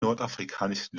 nordafrikanischen